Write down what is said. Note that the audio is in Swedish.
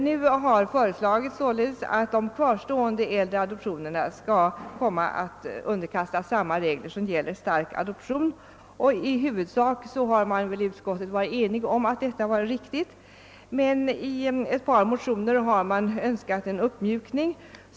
Nu har således föreslagits att de kvarstående äldre adoptionerna skall underkastas samma regler som gäller för stark adoption. I huvudsak har utskottet varit enigt om att detta var riktigt, men i ett par motioner har framförts krav på en uppmjukning.